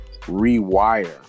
rewire